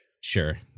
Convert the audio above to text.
Sure